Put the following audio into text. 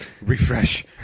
refresh